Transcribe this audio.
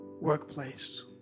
workplace